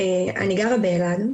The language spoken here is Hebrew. אני גרה באלעד,